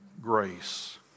grace